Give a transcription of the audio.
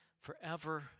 forever